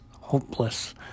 hopeless